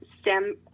STEM